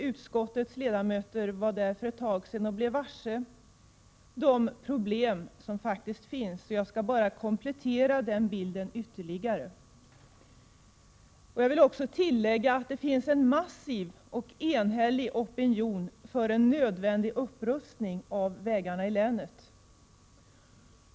Utskottets ledamöter var där för en tid sedan och blev varse problemen, och jag skall komplettera den bilden ytterligare. Jag vill också tillägga att det finns en massiv och enhällig opinion för en nödvändig upprustning av vägarna i länet.